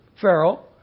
Pharaoh